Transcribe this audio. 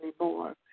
anymore